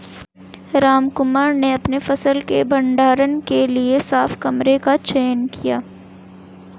रामकुमार ने अपनी फसल के भंडारण के लिए साफ कमरे का चयन किया